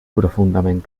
profundament